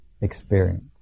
experience